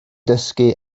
dysgu